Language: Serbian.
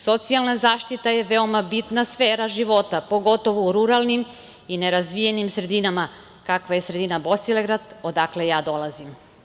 Socijalna zaštita je veoma bitna sfera života, pogotovo u ruralnim i nerazvijenim sredinama, kakva je sredina Bosilegrad, odakle ja dolazim.